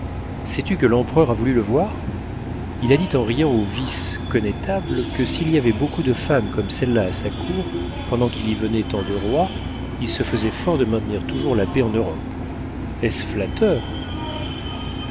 sais-tu que l'empereur a voulu le voir il a dit en riant au vice connétable que s'il y avait beaucoup de femmes comme celle-là à sa cour pendant qu'il y venait tant de rois il se faisait fort de maintenir toujours la paix en europe est-ce flatteur